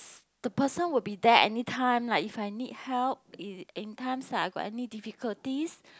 the person will be there anytime like if I need help in in times I got any difficulties